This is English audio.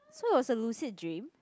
so it was a lucid dream